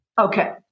Okay